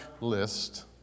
list